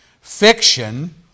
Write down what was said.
fiction